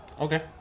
Okay